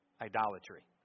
idolatry